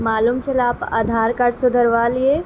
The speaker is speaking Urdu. معلوم چلا آپ آدھار کارڈ سدھروا لیے